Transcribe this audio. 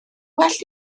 well